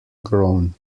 grown